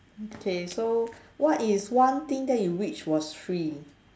okay so what is one thing that you wish was free